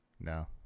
no